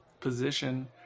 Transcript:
position